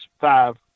five